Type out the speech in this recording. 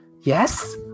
Yes